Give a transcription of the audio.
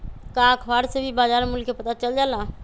का अखबार से भी बजार मूल्य के पता चल जाला?